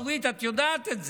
אורית, את יודעת את זה.